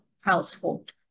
household